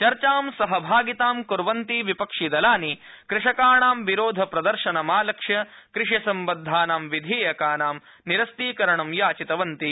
चर्चा सहभागितां क्र्वन्ति विपक्षिदलानि कृषकाणां विरोध प्रदर्शनमालक्ष्य कृषि सम्बद्धानां विधेयकानां निरस्तीकरणं याचितवन्ति